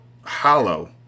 hollow